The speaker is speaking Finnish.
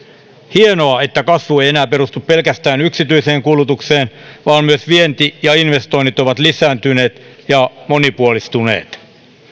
hienoa että kasvu ei enää perustu pelkästään yksityiseen kulutukseen vaan myös vienti ja investoinnit ovat lisääntyneet ja monipuolistuneet